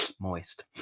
moist